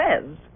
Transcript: says